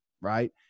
right